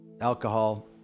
alcohol